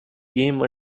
game